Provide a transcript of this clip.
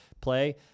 play